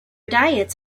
diets